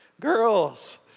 girls